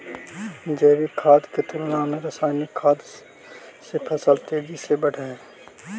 जैविक खाद के तुलना में रासायनिक खाद से फसल तेजी से बढ़ऽ हइ